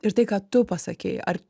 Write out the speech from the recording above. ir tai ką tu pasakei ar